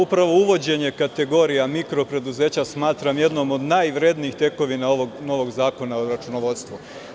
Upravo uvođenje kategorija mikro preduzeća, smatram jednom od najvrednijih tekovina ovog novog zakona o računovodstvu.